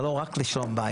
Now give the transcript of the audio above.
זה לא רק לשלום בית,